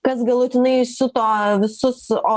kas galutinai įsiuto visus o